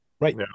right